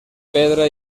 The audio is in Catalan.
pedra